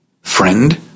Friend